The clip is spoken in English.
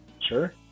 Sure